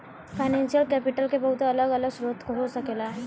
financial capital के बहुत अलग अलग स्रोत हो सकेला